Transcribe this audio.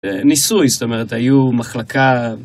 ניסוי, זאת אומרת, היו מחלקה...